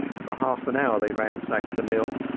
for half an hour they ransacked the mill.